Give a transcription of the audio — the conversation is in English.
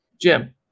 Jim